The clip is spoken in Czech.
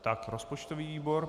Tak, rozpočtový výbor.